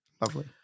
Lovely